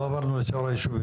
לא עברנו את שאר הישובים.